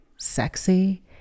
sexy